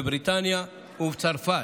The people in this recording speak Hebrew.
בבריטניה ובצרפת,